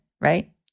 right